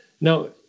Now